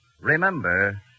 Remember